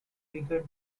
begun